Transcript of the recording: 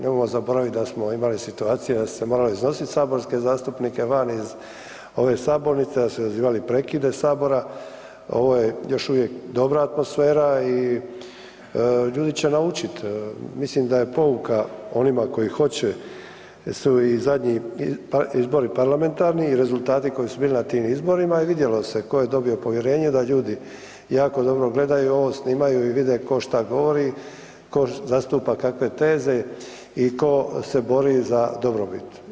Nemojmo zaboraviti da smo imali situacije da su se morali iznositi saborske zastupnike van iz ove sabornice, da su izazivali prekide sabora, ovo je još uvijek dobra atmosfera i ljudi će naučiti, mislim da je pouka onima koji hoće su i zadnji izbor parlamentarni i rezultati koji su bili na tim izborima i vidjelo se tko je dobio povjerenje da ljudi jako dobro gledaju, ovo snimaju i vide tko šta govori, tko zastupa kakve teze i tko se bori za dobrobit.